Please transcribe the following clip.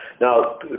Now